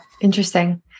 Interesting